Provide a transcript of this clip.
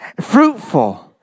fruitful